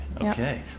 Okay